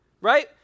right